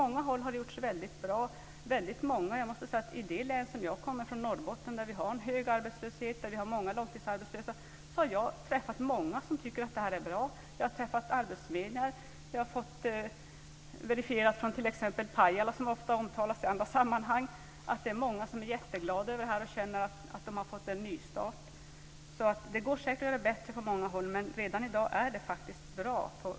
Det har gjorts väldigt bra på många håll. I det län som jag kommer från, Norrbotten, har vi en hög arbetslöshet och många långtidsarbetslösa. Jag har träffat många som tycker att det här är bra. Jag har träffat arbetsförmedlare. Jag har fått verifierat från t.ex. Pajala, som ofta omtalas i andra sammanhang, att det är många som är jätteglada över detta och känner att de har fått en nystart. Det går säkert att göra det bättre på många håll, men redan i dag är det faktiskt bra på många håll.